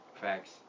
Facts